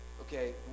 okay